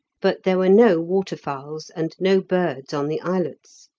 but there were no waterfowls and no birds on the islets.